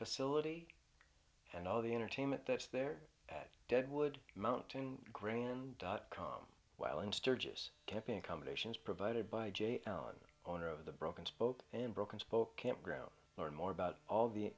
facility and all the entertainment that's there at deadwood mountain graham dot com well in sturgis camping accommodations provided by jay allen owner of the broken spoke in broken spoke campground learn more about all the